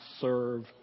serve